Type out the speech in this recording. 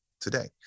today